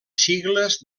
sigles